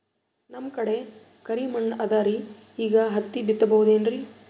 ನಮ್ ಕಡೆ ಕರಿ ಮಣ್ಣು ಅದರಿ, ಈಗ ಹತ್ತಿ ಬಿತ್ತಬಹುದು ಏನ್ರೀ?